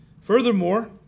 Furthermore